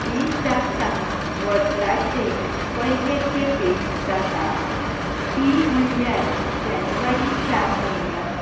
ही जात्रा वर्साचे पयले खेपेक जाता ती म्हणल्यार जानेवारीच्या म्हयन्यान